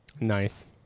Nice